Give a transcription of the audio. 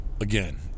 again